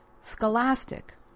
Scholastic